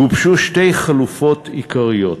גובשו שתי חלופות עיקריות: